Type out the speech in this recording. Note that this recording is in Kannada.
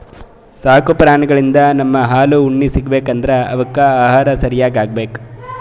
ಸಾಕು ಪ್ರಾಣಿಳಿಂದ್ ನಮ್ಗ್ ಹಾಲ್ ಉಣ್ಣಿ ಸಿಗ್ಬೇಕ್ ಅಂದ್ರ ಅವಕ್ಕ್ ಆಹಾರ ಸರ್ಯಾಗ್ ಹಾಕ್ಬೇಕ್